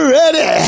ready